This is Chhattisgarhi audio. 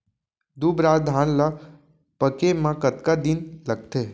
दुबराज धान ला पके मा कतका दिन लगथे?